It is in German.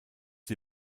die